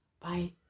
Bye